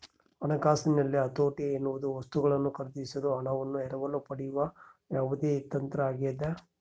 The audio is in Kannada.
ಹಣಕಾಸಿನಲ್ಲಿ ಹತೋಟಿ ಎನ್ನುವುದು ವಸ್ತುಗಳನ್ನು ಖರೀದಿಸಲು ಹಣವನ್ನು ಎರವಲು ಪಡೆಯುವ ಯಾವುದೇ ತಂತ್ರ ಆಗ್ಯದ